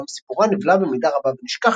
אולם סיפורה נבלע במידה רבה ונשכח,